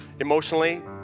Emotionally